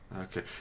Okay